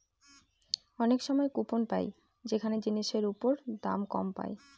অনেক সময় কুপন পাই যেখানে জিনিসের ওপর দাম কম পায়